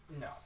No